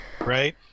right